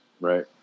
right